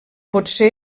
potser